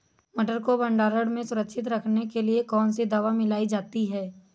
मटर को भंडारण में सुरक्षित रखने के लिए कौन सी दवा मिलाई जाती है?